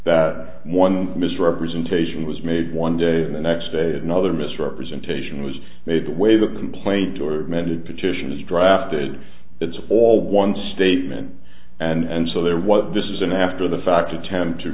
that one misrepresentation was made one day and the next day another misrepresentation was made the way that the complaint or amended petition is drafted it's all one statement and so there what this is an after the fact attempt to